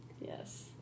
Yes